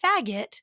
faggot